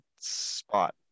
spot